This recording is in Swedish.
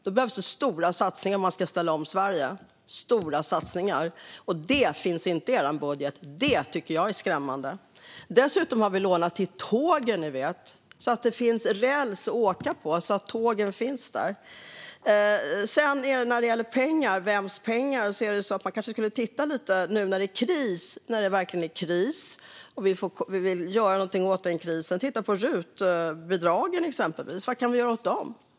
Då behövs det stora satsningar för att ställa om Sverige, stora satsningar, och det finns inte i er budget. Det tycker jag är skrämmande. Dessutom har vi lånat till tågen, ni vet, så att det finns räls att åka på och tågen finns där. När det gäller vems pengar kanske vi nu när det verkligen är kris och vi vill göra något åt den krisen ska titta på rutbidragen, exempelvis. Vad kan vi göra åt dem?